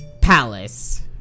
Palace